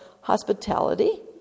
hospitality